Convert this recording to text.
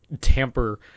tamper